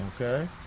Okay